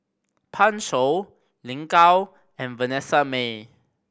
Pan Shou Lin Gao and Vanessa Mae